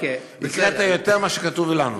הקראת יותר מאשר כתוב לנו.